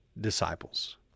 disciples